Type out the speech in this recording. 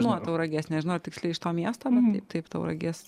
nuo tauragės nežinau ar tiksliai iš to miesto bet tai taip tauragės